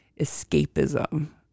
escapism